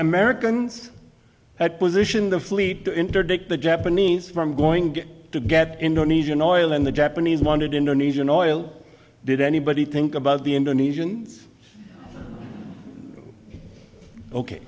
americans had position the fleet to interdict the japanese from going to get indonesian oil and the japanese wanted indonesian oil did anybody think about the indonesians ok